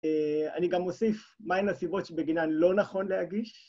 אני גם אוסיף, מה הן הסיבות שבגינן לא נכון להגיש